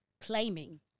claiming